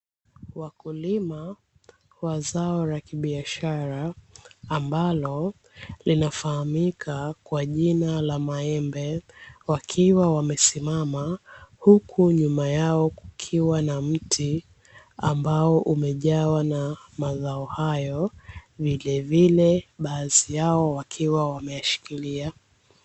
Wakulima wa zao la kibiashara ambalo linafahamika kwa jina la maembe wakiwa wamesimama, huku nyuma yoa kukiwa na mti ambao umejawa na mazao hayo vilevile baadhi yao wakiwa wameyashikilia.